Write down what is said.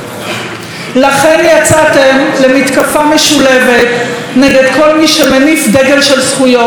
לכן יצאתם למתקפה משולבת נגד כל מי שמניף דגל של זכויות.